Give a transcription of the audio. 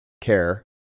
care